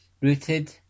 rooted